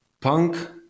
punk